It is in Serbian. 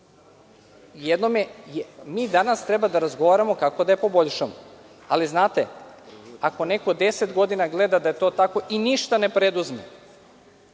unazad. Mi danas treba da razgovaramo kako da je poboljšamo. Znate, ako neko deset godina gleda da je to tako i ništa ne preduzme,